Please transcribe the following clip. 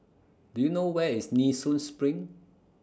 Do YOU know Where IS Nee Soon SPRING